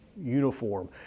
uniform